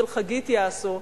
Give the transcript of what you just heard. של חגית יאסו,